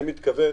אני מתכוון